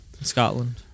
Scotland